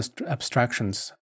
abstractions